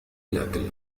الأكل